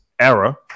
era